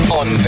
on